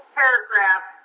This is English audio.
paragraph